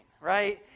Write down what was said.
Right